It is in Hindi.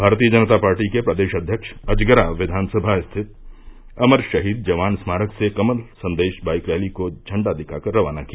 भारतीय जनता पार्टी के प्रदेश अध्यक्ष अजगरा विधानसभा स्थित अमर शहीद जवान स्मारक से कमल संदेश बाईक रैली को झंडा दिखाकर रवाना किया